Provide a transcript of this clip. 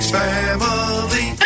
family